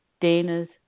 Dana's